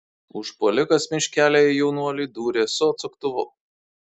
užpuolikas miškelyje jaunuoliui dūrė su atsuktuvu